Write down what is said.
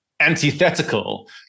antithetical